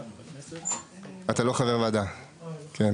שלושה.